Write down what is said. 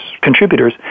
contributors